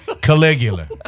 Caligula